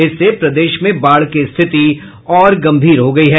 इससे प्रदेश में बाढ़ की स्थिति और गंभीर हो गई है